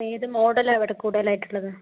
ഏത് മോഡലാണ് ഇവിടെ കൂടുതലായിട്ടുള്ളത്